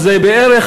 בעד,